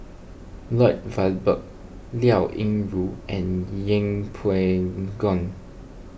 Lloyd Valberg Liao Yingru and Yeng Pway Ngon